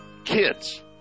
kids